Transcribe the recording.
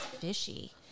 fishy